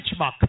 benchmark